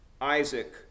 Isaac